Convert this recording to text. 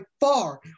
far